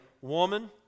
woman